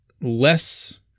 less